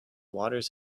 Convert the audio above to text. waters